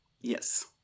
Yes